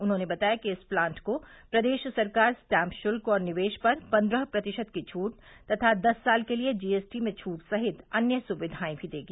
उन्होंने बताया कि इस प्लांट को प्रदेश सरकार स्टैम्प शुल्क और निवेश पर पन्द्रह प्रतिशत की छूट तथा दस साल के लिये जीएसटी में छूट साहित अन्य सुविधायें भी देगी